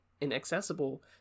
inaccessible